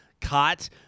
caught